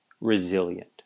resilient